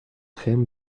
him